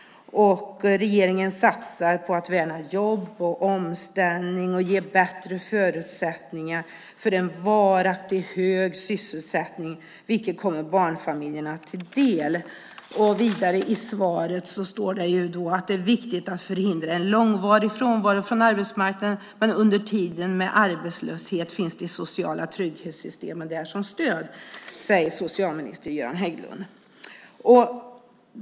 "Regeringen satsar stort på att värna jobb och omställning och ge bättre förutsättningar för en varaktigt hög sysselsättning, vilket kommer barnfamiljerna till del." Vidare står det i svaret: "Det är viktigt att förhindra en långvarig frånvaro från arbetsmarknaden, men under tiden med arbetslöshet finns de sociala trygghetssystemen där som stöd." Det säger socialminister Göran Hägglund.